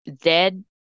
dead